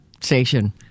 station